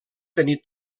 tenir